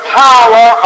power